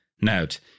Note